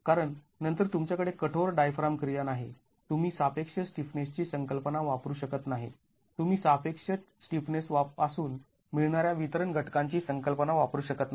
कारण नंतर तुमच्याकडे कठोर डायफ्राम क्रिया नाही तुम्ही सापेक्ष स्टिफनेसची संकल्पना वापरू शकत नाही तुम्ही सापेक्ष स्टिफनेस पासून मिळणाऱ्या वितरण घटकांची संकल्पना वापरू शकत नाही